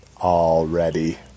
Already